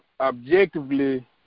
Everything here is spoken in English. objectively